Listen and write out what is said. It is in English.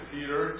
Peter